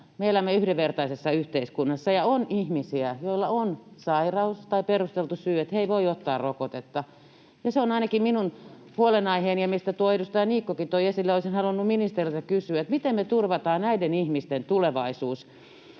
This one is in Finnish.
me elämme yhdenvertaisessa yhteiskunnassa ja on ihmisiä, joilla on sairaus tai perusteltu syy, että he eivät voi ottaa rokotetta, niin se on ainakin minun huolenaiheeni, niin kuin tuo edustaja Niikkokin toi esille, ja olisin halunnut ministeriltä kysyä: miten me turvataan näiden ihmisten tulevaisuus?